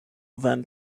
van